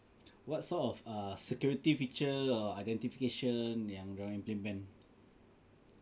what sort of err security feature or identification yang dorang implement